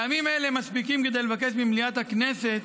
הטעמים האלה מספיקים כדי לבקש ממליאת הכנסת